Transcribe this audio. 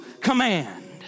command